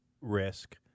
risk